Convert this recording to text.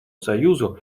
союзу